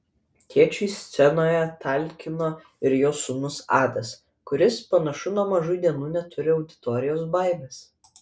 tėčiui scenoje talkino ir jo sūnus adas kuris panašu nuo mažų dienų neturi auditorijos baimės